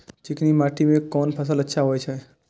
चिकनी माटी में कोन फसल अच्छा होय छे?